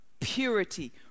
purity